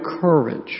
courage